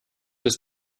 ist